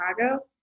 Chicago